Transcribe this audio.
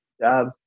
job